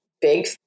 big